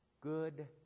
good